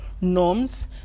norms